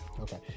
Okay